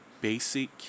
basic